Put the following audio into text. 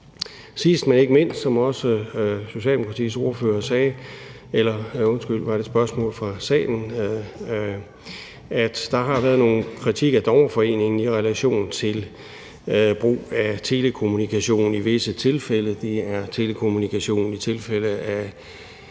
Sidst, men ikke mindst, som også der kom spørgsmål fra salen om, har der været nogen kritik af Dommerforeningen i relation til brug af telekommunikation i visse tilfælde.